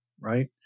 right